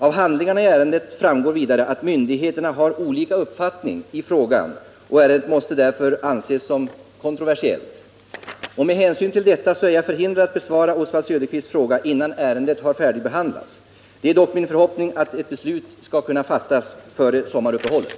Av handlingarna i ärendet framgår vidare att myndigheterna har olika uppfattning i frågan. Ärendet måste därför anses som kontroversiellt. Med hänsyn till detta är jag förhindrad att besvara Oswald Söderqvists fråga innan ärendet färdigbehandlats. Det är dock min förhoppning att ett beslut skall kunna fattas före sommaruppehållet.